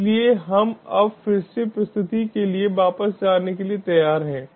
इसलिए हम अब फिर से प्रस्तुति के लिए वापस जाने के लिए तैयार हैं